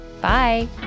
Bye